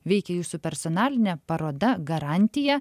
veikia jūsų personalinė paroda garantija